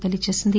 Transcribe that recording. తెలియచేసింది